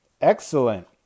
Excellent